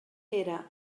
era